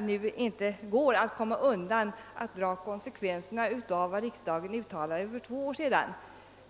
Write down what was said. nu inte går att komma ifrån att dra konsekvenserna av vad riksdagen uttalade för två år sedan.